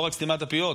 לא רק סתימת פיות,